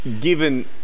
Given